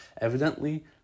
Evidently